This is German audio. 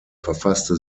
verfasste